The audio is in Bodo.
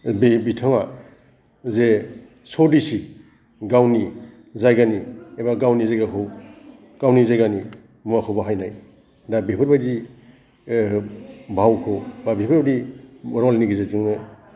बे बिथाङा जे सदिसि गावनि जायगानि एबा गावनि जायगाखौ गावनि जायगानि मुवाखौ बाहायनाय दा बेफोरबादि भावखौ बा बेफोरबादि र'लनि गेजेरजोंनो